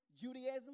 Judaism